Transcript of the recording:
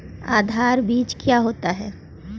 आधार बीज क्या होता है?